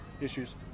issues